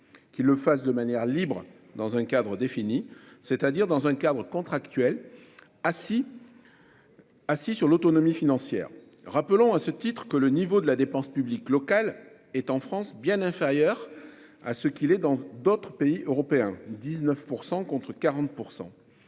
qu'il le fasse de manière libre, dans un cadre défini, c'est-à-dire dans un cadre contractuel assis sur l'autonomie financière. Rappelons à ce titre que le niveau de la dépense publique locale est bien inférieur en France à ce qu'il est dans les autres pays européens : 19 % contre 40 %.